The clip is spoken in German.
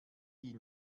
die